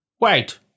Wait